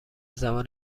زبان